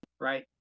Right